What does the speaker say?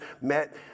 met